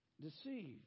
deceived